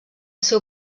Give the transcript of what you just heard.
seu